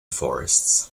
forests